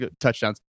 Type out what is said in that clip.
touchdowns